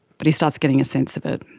but he starts getting a sense of it.